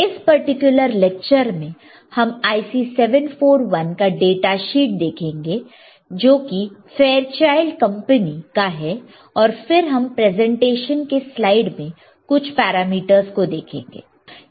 इस particular lecture में हम IC 741 का डाटा शीट देखेंगे जो कि फेयरचाइल्ड कंपनी का है और फिर हम प्रेजेंटेशन के स्लाइड में कुछ पैरामीटर्स को देखेंगे